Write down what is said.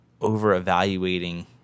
over-evaluating